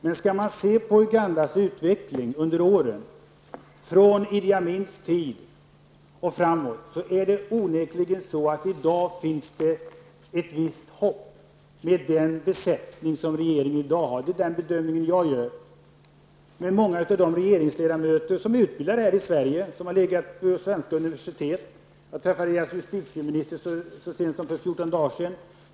Men om man ser till Ugandas utveckling under perioden från Idi Amins tid och framåt, finner man att det onekligen är så, att det i dag finns ett visst hopp med tanke på den besättning som regeringen i landet i dag har. Det är min bedömning. Många av regeringsledamöterna har för övrigt fått utbildning här i Sverige och har även studerat vid svenska universitet. Jag träffade landets justitieminister så sent som för 14 dagar sedan.